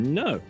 no